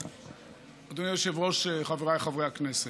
אדוני היושב-ראש, חבריי חברי הכנסת,